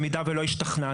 במידה ולא השתכנענו,